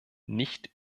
nicht